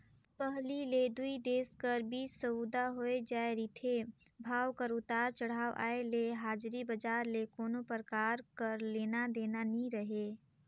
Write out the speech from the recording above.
पहिली ले दुई देश कर बीच सउदा होए जाए रिथे, भाव कर उतार चढ़ाव आय ले हाजरी बजार ले कोनो परकार कर लेना देना नी रहें